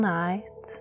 night